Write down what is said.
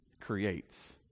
creates